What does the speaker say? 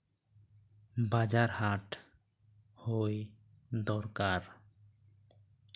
ᱵᱟᱡᱟᱨ ᱦᱟᱴ ᱦᱳᱭ ᱫᱚᱨᱠᱟᱨ